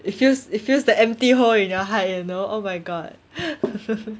it fills it fills the empty hall in your heart you know oh my god